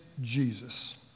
Jesus